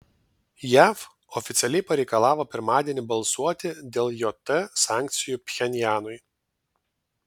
jav oficialiai pareikalavo pirmadienį balsuoti dėl jt sankcijų pchenjanui